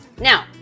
Now